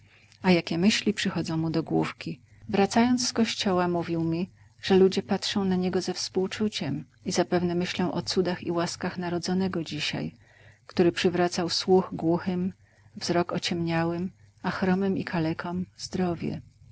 a jakie myśli przychodzą mu do główki wracając z kościoła mówił mi że ludzie patrzą na niego ze współczuciem i zapewne myślą o cudach i łaskach narodzonego dzisiaj który przywracał słuch głuchym wzrok ociemniałym a chromym i kalekom zdrowie